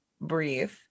breathe